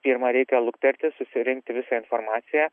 pirma reikia luktelti susirinkti visą informaciją